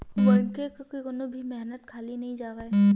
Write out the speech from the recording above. मनखे के कोनो भी मेहनत खाली नइ जावय